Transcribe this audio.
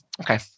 Okay